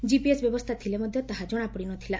GPS ବ୍ୟବସ୍କା ଥିଲେ ମଧ୍ଧ ତାହା ଜଣାପଡ଼ିନଥିଲା